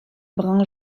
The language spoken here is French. brun